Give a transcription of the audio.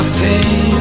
take